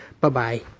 Bye-bye